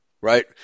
right